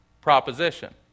proposition